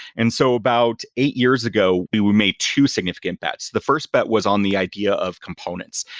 and so about eight years ago, we we made two significant bets. the first bet was on the idea of components,